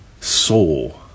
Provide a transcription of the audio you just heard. soul